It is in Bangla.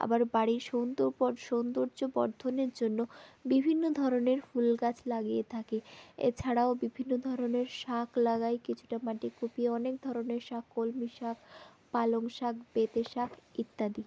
আবার বাড়ির সৌন্দর্য বর্ধনের জন্য বিভিন্ন ধরনের ফুল গাছ লাগিয়ে থাকি এছাড়াও বিভিন্ন ধরনের শাক লাগাই কিছুটা মাটি কুপিয়ে অনেক ধরনের শাক কলমি শাক পালং শাক পেঁপে শাক ইত্যাদি